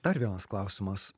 dar vienas klausimas